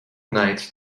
night